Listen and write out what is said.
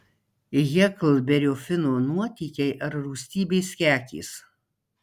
heklberio fino nuotykiai ar rūstybės kekės